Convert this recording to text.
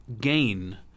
gain